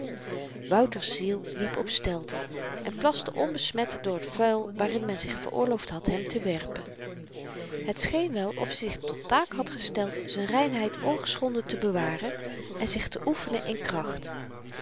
wouter's ziel liep op stelten en plaste onbesmet door t vuil waarin men zich veroorloofd had hem te werpen het scheen wel of-i zich tot taak had gesteld z'n reinheid ongeschonden te bewaren en zich te oefenen in kracht